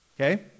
okay